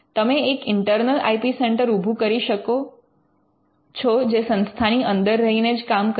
તમે એક internal I P centre ઊભું કરી શકો છે જે સંસ્થાની અંદર રહીને જ કામ કરે